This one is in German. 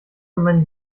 meinen